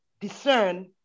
discern